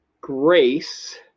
Grace